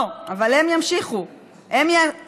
לא, אבל הם ימשיכו, הם יאשרו.